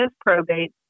probate